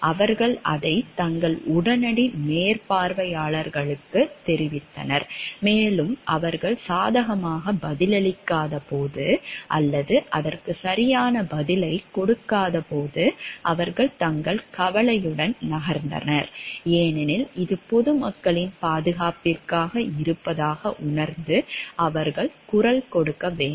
அவர்கள் அதை தங்கள் உடனடி மேற்பார்வையாளர்களுக்குத் தெரிவித்தனர் மேலும் அவர்கள் சாதகமாக பதிலளிக்காதபோது அல்லது அதற்கு சரியான பதிலைக் கொடுக்காதபோது அவர்கள் தங்கள் கவலையுடன் நகர்ந்தனர் ஏனெனில் இது பொதுமக்களின் பாதுகாப்பிற்காக இருப்பதாக உணர்ந்து அவர்கள் குரல் கொடுக்க வேண்டும்